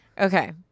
Okay